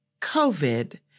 COVID